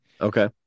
Okay